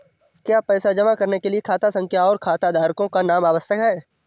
क्या पैसा जमा करने के लिए खाता संख्या और खाताधारकों का नाम आवश्यक है?